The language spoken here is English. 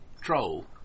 troll